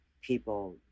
people